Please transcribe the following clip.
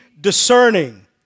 discerning